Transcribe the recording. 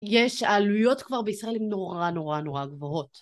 יש, העלויות כבר בישראל הם נורא נורא נורא גבוהות.